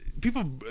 people